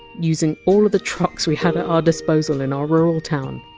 using all the trucks we had at our disposal in our rural town.